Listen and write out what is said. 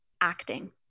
acting